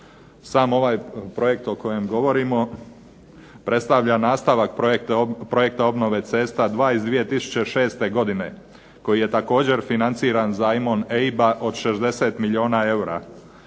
Sam ovaj projekt o kojem govorimo predstavlja nastavak "Projekta obnove cesta II" iz 2006. godine koji je također financiran zajmom EIB-a od 60 milijuna eura.